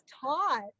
taught